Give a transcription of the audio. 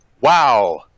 wow